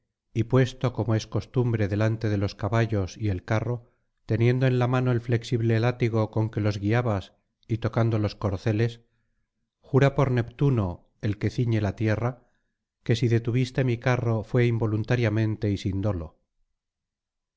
y puesto como es costumbre delante de los caballos y el carro teniendo en la mano el flexible látigo con que los guiabas y tocando los corceles jura por neptuno el que ciñe la tierra que si detuviste mi carro fué involuntariamente y sin dolo